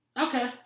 Okay